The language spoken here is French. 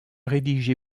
rédigé